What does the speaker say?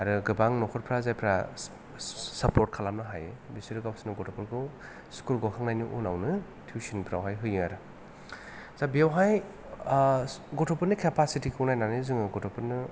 आरो गोबां नखरफ्रा जायफ्रा सापर्ट खालामनो हायो बिसोरो गावसिनि गथ'फोरखौ स्कुल गखांनायनि उनावनो टुइस्चनफ्रावहाय होयो आरो दा बेवहाय गथ'फोरनि केपासिटिखौ नायनानै जोङो गथ'फोरनो